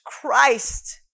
Christ